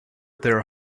there